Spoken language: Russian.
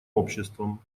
обществом